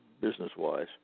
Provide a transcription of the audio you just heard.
business-wise